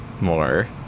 more